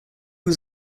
was